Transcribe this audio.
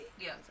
Yes